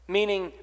meaning